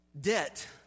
debt